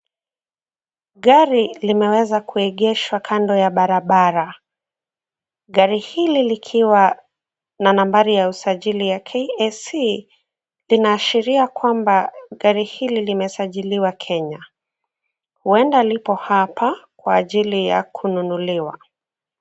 Gari limeweza kuegeshwa kando ya barabara. Gari hili likiwa na nambari ya usajili ya KAC linaashiria kwamba gari hili limesajiliwa Kenya. Huenda lipo hapa kwa ajili ya kununuliwa.